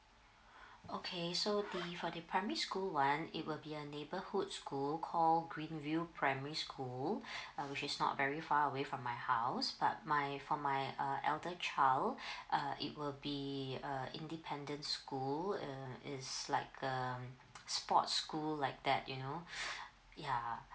okay so the for the primary school one it will be a neighborhood school call green view primary school um she is not very far away from my house but my for my uh elder child uh it will be uh independent school uh it's like um sport school like that you know ya